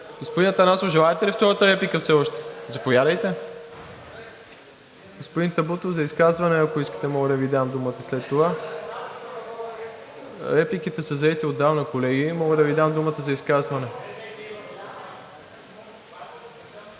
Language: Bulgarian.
Господин Атанасов, желаете ли втората реплика все още? Заповядайте. (Реплики.) Господин Табутов, за изказване, ако искате, мога да Ви дам думата след това. Репликите са заети отдавна, колеги. Мога да Ви дам думата за изказване.